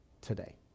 today